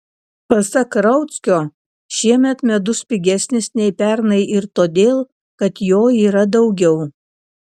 pasak rauckio šiemet medus pigesnis nei pernai ir todėl kad jo yra daugiau